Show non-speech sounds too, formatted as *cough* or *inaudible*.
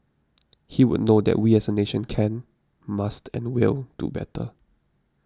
*noise* he would know that we as a nation can must and will do better